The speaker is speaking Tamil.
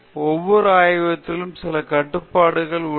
ஒவ்வொரு ஆய்வகத்திலும் சில கட்டுப்பாடுகள் உள்ளது